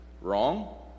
wrong